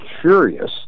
curious